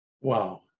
Wow